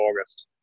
August